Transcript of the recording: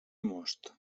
most